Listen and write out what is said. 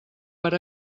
per